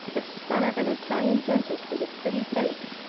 the son of an italian dentist, with a pretty face.